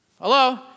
Hello